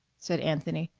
said anthony,